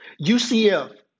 UCF